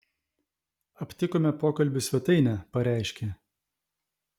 aptikome pokalbių svetainę pareiškė